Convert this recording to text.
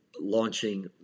launching